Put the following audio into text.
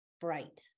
bright